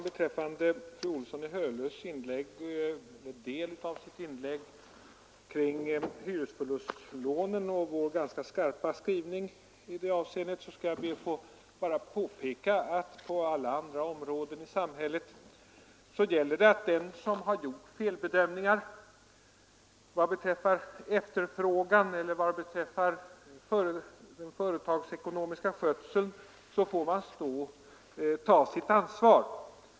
Beträffande en del av fru Olssons i Hölö inlägg om hyresförlustlånen och vår ganska skarpa skrivning i det avseendet ber jag bara att få påpeka att på alla andra områden i samhället gäller att den som har gjort felbedömningar av exempelvis efterfrågan eller av den företagsekonomiska skötseln får ta sitt ansvar.